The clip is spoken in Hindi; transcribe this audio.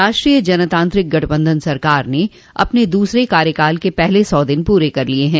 राष्ट्रीय जनतांत्रिक गठबंधन सरकार ने अपने दूसरे कार्यकाल के पहले सौ दिन पूरे कर लिये हैं